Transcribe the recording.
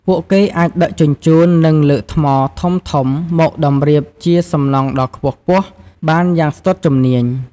ពួកគេអាចដឹកជញ្ជូន និងលើកថ្មធំៗមកតម្រៀបជាសំណង់ដ៏ខ្ពស់ៗបានយ៉ាងស្ទាត់ជំនាញ។